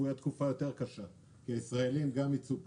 צפויה תקופה קשה יותר כי ישראלים גם ייצאו פחות.